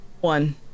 One